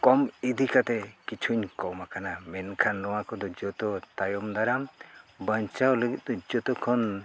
ᱠᱚᱢ ᱤᱫᱤ ᱠᱟᱛᱮᱜ ᱠᱤᱪᱷᱩᱧ ᱠᱚᱢᱟᱠᱟᱱᱟ ᱢᱮᱱᱠᱷᱟᱱ ᱱᱚᱣᱟ ᱠᱚᱫᱚ ᱡᱚᱛᱚ ᱛᱟᱭᱚᱢ ᱫᱟᱨᱟᱢ ᱵᱟᱧᱪᱟᱣ ᱞᱟᱹᱜᱤᱫ ᱫᱚ ᱡᱚᱛᱚ ᱠᱷᱚᱱ